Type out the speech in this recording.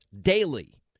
daily